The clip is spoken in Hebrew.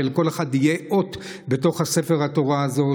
שלכל אחד תהיה אות בתוך ספר התורה הזה.